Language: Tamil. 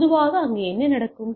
பொதுவாக என்ன நடக்கும்